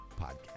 podcast